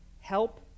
Help